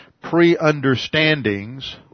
pre-understandings